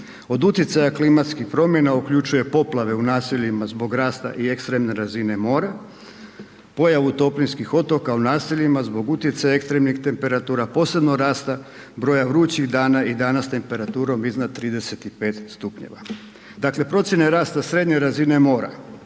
od utjecaja klimatskih promjena uključuje poplave u naseljima zbog rasta i ekstremne razine mora, pojavu toplinskih otoka u naseljima zbog utjecaja ekstremnih temperatura, posebno rasta broja vrućih dana i dana s temperaturom iznad 35 stupnjeva. Dakle, procjene rasta srednje razine mora